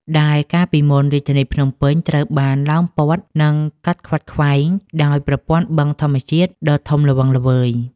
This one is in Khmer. ដែលកាលពីមុនរាជធានីភ្នំពេញត្រូវបានឡោមព័ទ្ធ និងកាត់ខ្វាត់ខ្វែងដោយប្រព័ន្ធបឹងធម្មជាតិដ៏ធំល្វឹងល្វើយ។